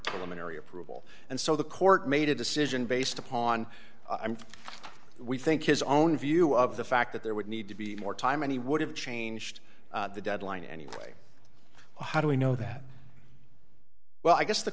area approval and so the court made a decision based upon we think his own view of the fact that there would need to be more time and he would have changed the deadline anyway how do we know that well i guess the